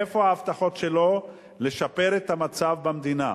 איפה ההבטחות שלו לשפר את המצב במדינה?